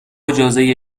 اجازه